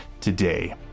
today